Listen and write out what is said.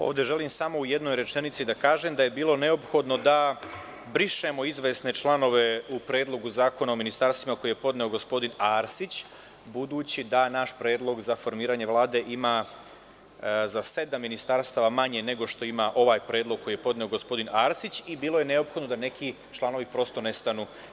Ovde želim samo u jednoj rečenici da kažem da je bilo neophodno da brišemo izvesne članove u Predlogu zakona o ministarstvima koji je podneo gospodin Arsić budući da naš predlog za formiranje Vlade ima za sedam ministarstava manje nego što ima ovaj predlog koji je podneo gospodin Arsić i bilo je neophodno da neki članovi prosto ne stanu.